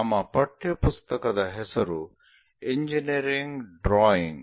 ನಮ್ಮ ಪಠ್ಯಪುಸ್ತಕದ ಹೆಸರು ಇಂಜಿನಿಯರಿಂಗ್ ಡ್ರಾಯಿಂಗ್